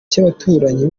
cy’abaturanyi